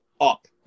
up